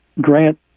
grant